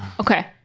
Okay